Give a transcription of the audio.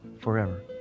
forever